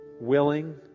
willing